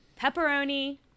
pepperoni